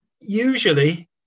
usually